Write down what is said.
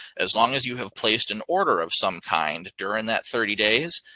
as long as you have placed an order of some kind during that thirty days,